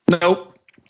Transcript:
Nope